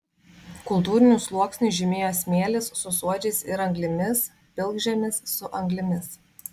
kultūrinius sluoksnius žymėjo smėlis su suodžiais ir anglimis pilkžemis su anglimis